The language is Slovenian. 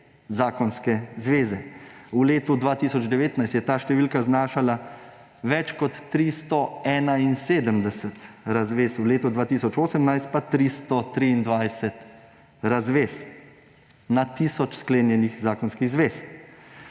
zakonske zveze. V letu 2019 je ta številka znašala več kot 371 razvez; v letu 2018 pa 323 razvez na tisoč sklenjenih zakonskih zvez.